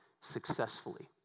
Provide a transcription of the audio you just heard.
successfully